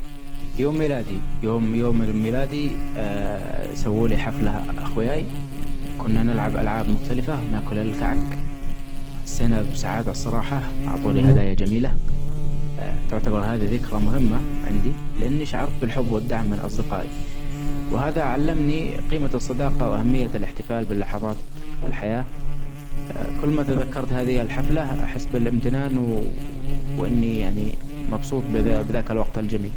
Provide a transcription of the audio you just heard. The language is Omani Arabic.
يوم ميلادي يوم يوم ميلادي سوولي حفلة اخواي كنا نلعب ألعاب مختلفة ناكل الكعك وحسينا بسعادة الصراحة عطولي هدايا جميلة تعتبر هذي ذكري مهمة عندي لإني شعرت بالحب والدعم من أصدقائي ، وهذا علمني قيمة الصداقة وأهمية الإحتفال باللحظات الحياة كل ما تذكرت هذه الحفلة أحس بالإمتنان وإني يعني مبسوط ب-بذاك الوقت الجميل.